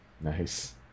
Nice